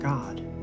God